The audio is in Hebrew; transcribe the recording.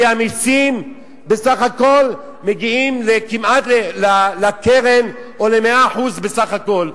כי המסים בסך הכול מגיעים כמעט לקרן או ל-100% בסך הכול,